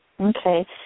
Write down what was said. Okay